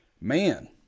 man